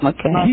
Okay